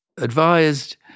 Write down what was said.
advised